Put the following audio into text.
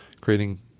creating